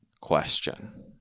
question